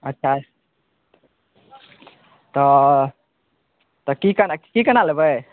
अच्छा तऽ तऽ कि कोना कि कोना लेबै